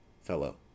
fellow